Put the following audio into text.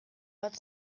bat